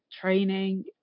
training